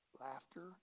laughter